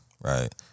Right